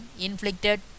inflicted